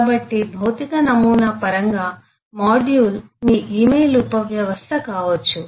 కాబట్టి భౌతిక నమూనా పరంగా మాడ్యూల్ మీ ఇమెయిల్ ఉపవ్యవస్థ కావచ్చు